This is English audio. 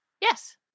Yes